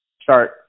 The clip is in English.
Start